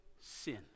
sin